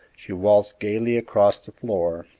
she waltzed gayly across the floor,